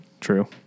True